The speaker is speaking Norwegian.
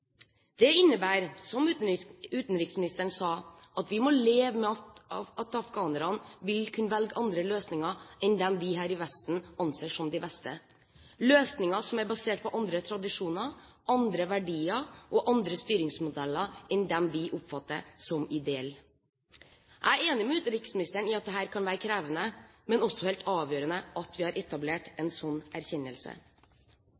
Det innebærer, som utenriksministeren sa, at vi må leve med at afghanerne vil kunne velge andre løsninger enn dem vi her i Vesten anser som de beste – løsninger som er basert på andre tradisjoner, andre verdier og andre styringsmodeller enn dem vi oppfatter som ideelle. Jeg er enig med utenriksministeren i at dette kan være krevende, men det er også helt avgjørende at vi har etablert